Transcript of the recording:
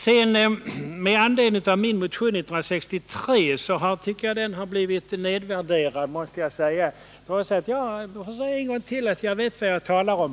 Jag tycker att min motion 1963 blivit nedvärderad, trots att jag — det säger jag en gång till — vet vad jag talar om.